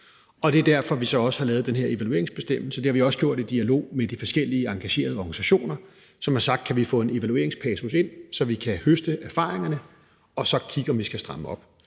så også derfor, at vi har lavet den her evalueringsbestemmelse, og det har vi også gjort i dialog med de forskellige engagerede organisationer, som har sagt: Kan vi få en evalueringspassus ind, så vi kan høste erfaringerne og så kigge på, om vi skal stramme op?